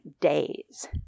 days